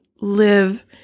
live